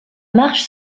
marche